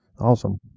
Awesome